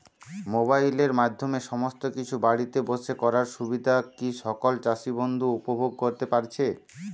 মোবাইলের মাধ্যমে সমস্ত কিছু বাড়িতে বসে করার সুবিধা কি সকল চাষী বন্ধু উপভোগ করতে পারছে?